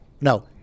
No